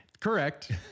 Correct